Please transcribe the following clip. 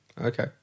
Okay